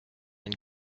and